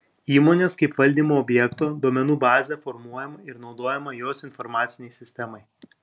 įmonės kaip valdymo objekto duomenų bazė formuojama ir naudojama jos informacinei sistemai